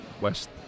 West